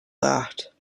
that